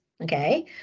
Okay